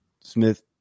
Smith